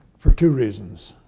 for two reasons.